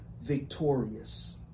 victorious